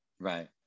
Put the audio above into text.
Right